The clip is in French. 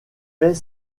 fait